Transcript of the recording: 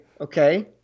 Okay